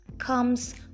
comes